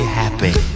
happy